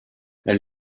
elle